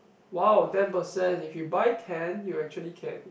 wow ten percent if you buy ten you actually can